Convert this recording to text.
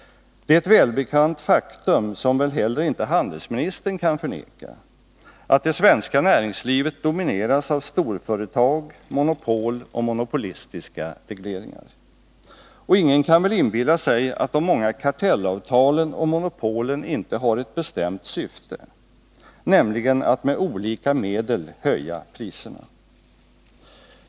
Det är ett välbekant faktum — och det kan väl heller inte handelsministern förneka — att det svenska näringslivet domineras av storföretag, monopol och monopolistiska regleringar. Ingen kan väl inbilla sig att de många kartellavtalen och monopolen inte har ett bestämt syfte, nämligen att med olika medel höja priserna.